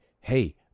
hey